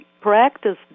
practice